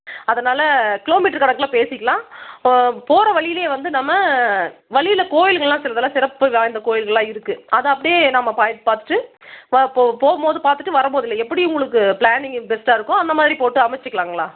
அதனால் கிலோமீட்டர் கணக்கில் பேசிக்கலாம் போகிற வழிலேயே வந்து நம்ம வழியில் கோவில்கள்லாம் சிலதுயெல்லாம் சிறப்பு வாய்ந்த கோவில்கள்லாம் இருக்குது அது அப்படியே நம்ம பார்த்துட்டு போகும்போது பார்த்துட்டு வரும்போதில் எப்படி உங்களுக்கு ப்ளானிங்கு பெஸ்ட்டாக இருக்கோ அந்தமாதிரி போட்டு அமைச்சிக்கலாங்களா